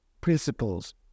principles